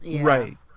Right